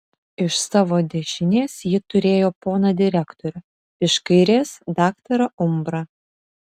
iš savo dešinės ji turėjo poną direktorių iš kairės daktarą umbrą